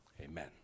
Amen